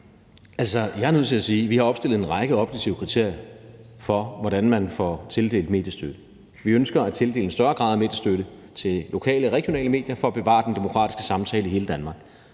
Jeg er nødt til at sige, at vi har opstillet en række objektive kriterier for, hvordan man får tildelt mediestøtte. Vi ønsker at tildele en større grad af mediestøtte til lokale og regionale medier for at bevare den demokratiske samtale i hele Danmark.